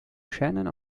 shannon